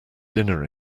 dinner